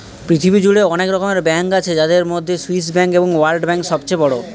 পৃথিবী জুড়ে অনেক রকমের ব্যাঙ্ক আছে যাদের মধ্যে সুইস ব্যাঙ্ক এবং ওয়ার্ল্ড ব্যাঙ্ক সবচেয়ে বড়